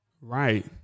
right